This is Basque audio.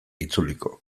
itzuliko